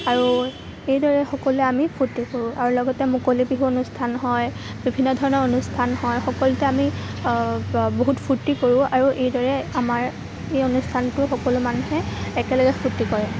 আৰু এইদৰে সকলোৱে আমি ফূৰ্তি কৰোঁ আৰু লগতে মুকলি বিহু অনুষ্ঠান হয় বিভিন্ন ধৰণৰ অনুষ্ঠান হয় সকলোতে আমি বহুত ফূৰ্তি কৰোঁ আৰু এইদৰে আমাৰ এই অনুষ্ঠানটোত সকলো মানুহে একেলগে ফূৰ্তি কৰে